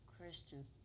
Christians